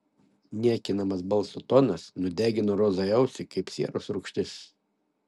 niekinamas balso tonas nudegino rozai ausį kaip sieros rūgštis